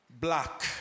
black